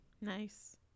Nice